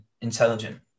intelligent